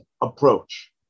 approach